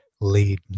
lead